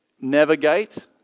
navigate